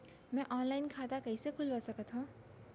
मैं ऑनलाइन खाता कइसे खुलवा सकत हव?